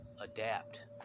adapt